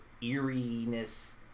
eeriness